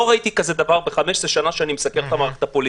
לא ראיתי כזה דבר ב-15 השנים שאני מסקר את המערכת הפוליטית.